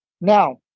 Now